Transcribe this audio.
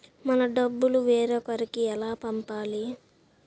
మన డబ్బులు వేరొకరికి ఎలా పంపాలి?